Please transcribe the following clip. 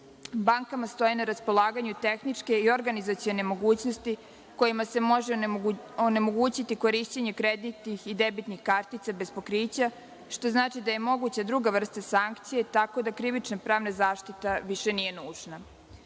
Bankama stoje na raspolaganju tehničke i organizacione mogućnosti kojima se može onemogućiti korišćenje kreditnih i debitnih kartica bez pokrića, što znači da je moguća druga vrsta sankcija, tako da krivično pravna zaštita više nije nužna. Zbog